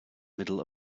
middle